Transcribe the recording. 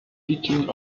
teaching